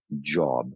job